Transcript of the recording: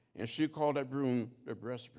and she called that broom the breast